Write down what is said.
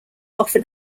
often